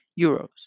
euros